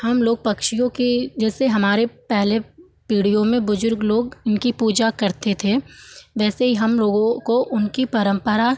हमलोग पक्षियों की जैसे हमारी पहली पीढ़ियों में बुजुर्ग लोग इनकी पूजा करते थे वैसे ही हमलोगों को उनकी परम्परा